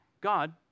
God